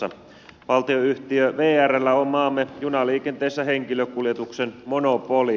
valtionyhtiö vrllä on maamme junaliikenteessä henkilökuljetuksen monopoli